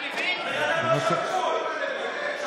בן אדם לא שפוי.